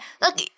Look